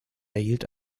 erhielt